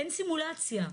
אין סימולציה.